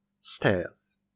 Stairs